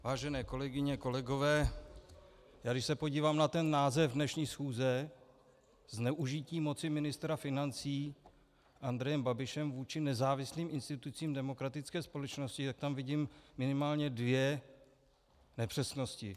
Vážené kolegyně, kolegové, já když se podívám na ten název dnešní schůze Zneužití moci ministrem financí Andrejem Babišem vůči nezávislým institucím v demokratické společnosti tak tam vidím minimálně dvě nepřesnosti.